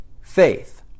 faith